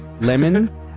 lemon